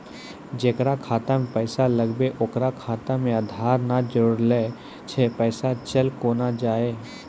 जेकरा खाता मैं पैसा लगेबे ओकर खाता मे आधार ने जोड़लऽ छै पैसा चल कोना जाए?